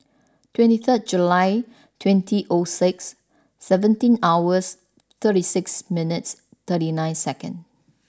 twenty third July twenty old six seventeen hours thirty six minutes thirty nine seconds